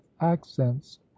accents